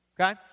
Okay